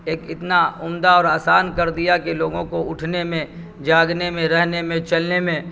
ایک اتنا عمدہ اور آسان کر دیا کہ لوگوں کو اٹھنے میں جاگنے میں رہنے میں چلنے میں